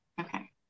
Okay